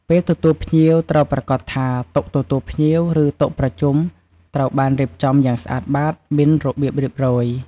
ពេលទទួលភ្ញៀវ ត្រូវប្រាកដថា តុទទួលភ្ញៀវ ឬតុប្រជុំត្រូវបានរៀបចំយ៉ាងស្អាតបាត មានរបៀបរៀបរយ។